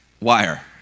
wire